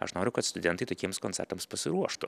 aš noriu kad studentai tokiems koncertams pasiruoštų